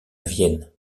vienne